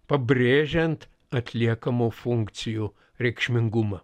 pabrėžiant atliekamų funkcijų reikšmingumą